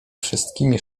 wszystkimi